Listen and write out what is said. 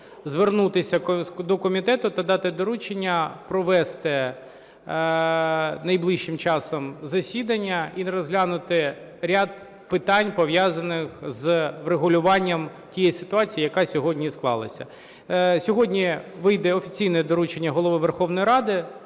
звернутися до комітету та дати доручення провести найближчим часом засідання і розглянути ряд питань, пов'язаних з врегулюванням тієї ситуації, яка сьогодні склалась. Сьогодні вийде офіційне доручення Голови Верховної Ради